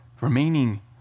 remaining